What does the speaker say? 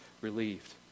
relieved